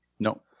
no